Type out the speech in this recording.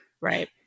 right